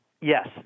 Yes